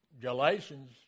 Galatians